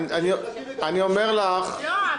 אני רוצה רגע לגמור את הנושא ואז --- לא,